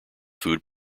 food